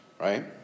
Right